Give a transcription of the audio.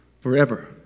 forever